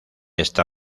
esta